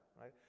right